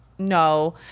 No